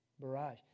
barrage